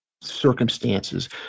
circumstances